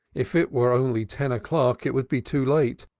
if it were only ten o'clock, it would be too late.